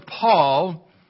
Paul